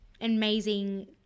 amazing –